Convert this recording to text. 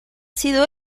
sido